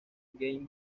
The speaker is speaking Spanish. game